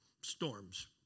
storms